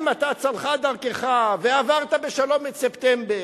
אם צלחה דרכך ועברת בשלום את ספטמבר,